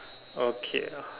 okay lah